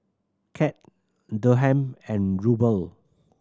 CAD Dirham and Ruble